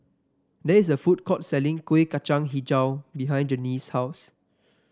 there is a food court selling Kuih Kacang hijau behind Janyce's house